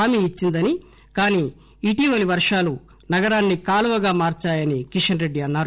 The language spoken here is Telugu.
హామీ ఇచ్చిందని కానీ ఇటీవలి వర్వాలు నగరాన్ని కాలువగా మార్చాయని కిషన్ రెడ్డి అన్నారు